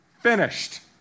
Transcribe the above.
finished